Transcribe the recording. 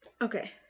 Okay